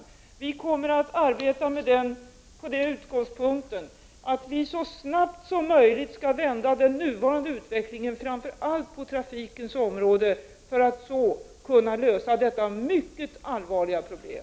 Vii regeringen kommer att arbeta med utgångspunkt i att vi så snabbt som möjligt skall vända den nuvarande utvecklingen, framför allt på trafikens område, för att kunna lösa detta mycket allvarliga problem.